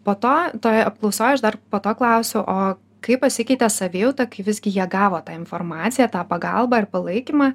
po to toj apklausoj aš dar po to klausiu o kaip pasikeitė savijauta kai visgi jie gavo tą informaciją tą pagalbą ir palaikymą